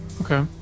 Okay